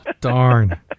darn